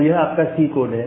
तो यह आपका सी कोड है